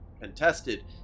contested